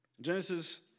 Genesis